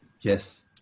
Yes